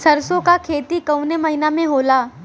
सरसों का खेती कवने महीना में होला?